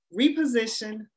reposition